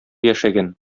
яшәгән